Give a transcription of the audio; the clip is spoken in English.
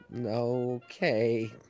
okay